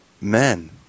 men